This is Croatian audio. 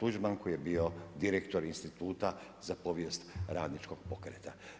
Tuđman koji je bio direktor instituta za povijest radničkog pokreta.